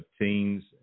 teens